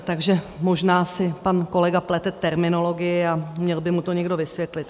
Takže možná si pak kolega plete terminologii a měl by mu to někdo vysvětlit.